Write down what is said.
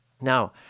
Now